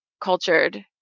cultured